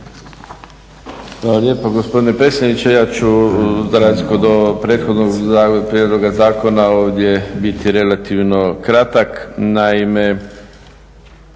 Hvala lijepa gospodine predsjedniče. Ja ću za razliku od ovog prethodnog prijedloga zakona ovdje biti relativno kratak.